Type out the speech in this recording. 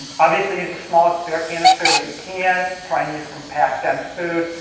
um obviously, use the smallest bear canister that you can. try and use compact dense food.